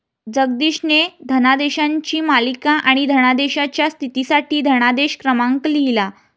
जगदीशने धनादेशांची मालिका आणि धनादेशाच्या स्थितीसाठी धनादेश क्रमांक लिहिला